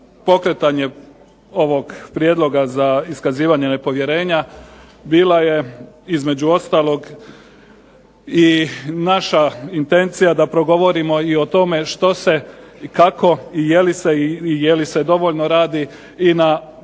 pokretanja ovog prijedloga za iskazivanje nepovjerenje bila je između ostalog i naša intencija da progovorimo i o tome što se i kako i je li se dovoljno radi i na približavanju